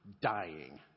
dying